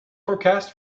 forecast